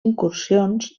incursions